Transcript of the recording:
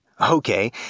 Okay